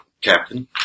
Captain